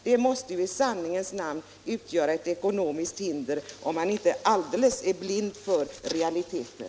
Det måste i sanningens namn utgöra ett ekonomiskt hinder, om man inte är alldeles blind för realiteter.